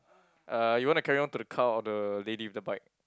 uh you want to carry on to the cow or the lady with the bike